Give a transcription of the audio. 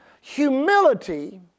humility